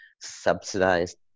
subsidized